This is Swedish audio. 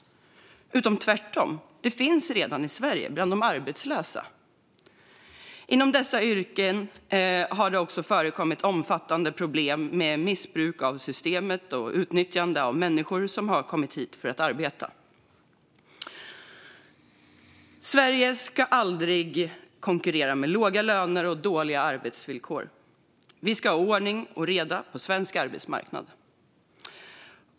Tvärtom finns det redan arbetskraft i Sverige, bland de arbetslösa. Inom dessa yrken har det också förekommit omfattande problem med missbruk av systemet och utnyttjande av människor som har kommit hit för att arbeta. Sverige ska aldrig konkurrera med låga löner och dåliga arbetsvillkor. Vi ska ha ordning och reda på svensk arbetsmarknad.